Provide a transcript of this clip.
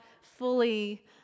fully